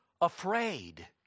afraid